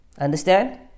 Understand